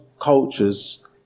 cultures